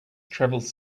travels